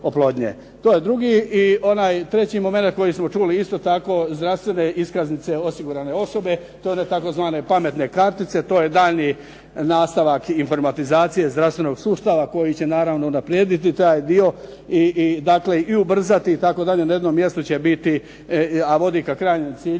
To je drugi. I onaj treći momenat koji smo čuli isto tako zdravstvene iskaznice osigurane osobe, to je one tzv. pametne kartice. To je daljnji nastavak i informatizacije zdravstvenog sustava koji će naravno unaprijediti taj dio, dakle i ubrzati itd. Na jednom mjestu će biti, a vodi ka krajnjem cilju,